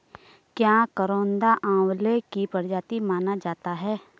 क्या करौंदा आंवले की प्रजाति माना जाता है?